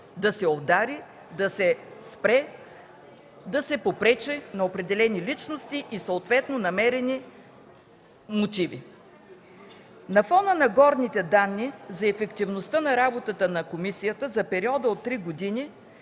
„да се удари”, „да се спре”, „да се попречи” на определени личности и съответно намерени мотиви. На фона на горните данни за ефективността на работата на комисията за периода от три години,